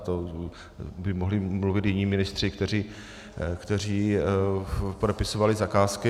To by mohli mluvit jiní ministři, kteří podepisovali zakázky.